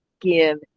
give